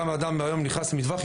גם אדם שהיום נכנס למטווח,